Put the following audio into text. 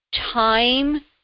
time